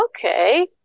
okay